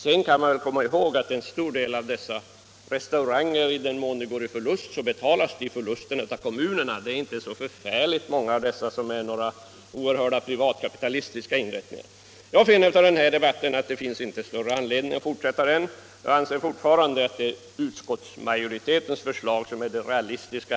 Sedan bör vi komma ihåg att en stor del av restaurangerna får sina eventuella förluster betalade av kommunerna. Det är inte så många av restaurangerna som är några förfärliga privatkapitalistiska inrättningar. Jag finner inte någon större anledning att fortsätta debatten. Jag anser fortfarande att det är utskottsmajoritetens förslag som är det realistiska.